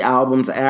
albums